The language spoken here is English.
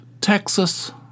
Texas